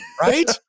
right